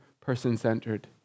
person-centered